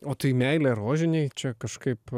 o tai meilė rožinei čia kažkaip